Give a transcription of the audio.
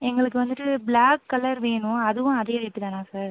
எங்களுக்கு வந்துட்டு black colour வேணும் அதுவும் அதே ரேட்டு தானா சார்